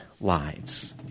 lives